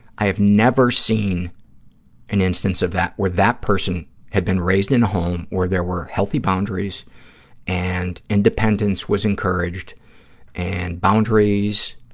i have never seen an instance of that where that person had been raised in a home where there were healthy boundaries and independence was encouraged and boundaries